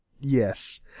Yes